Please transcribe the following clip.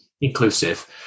inclusive